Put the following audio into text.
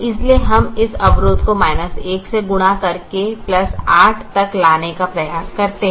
इसलिए हम इस अवरोध को 1 से गुणा करके 8 तक लाने का प्रयास करते हैं